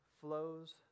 flows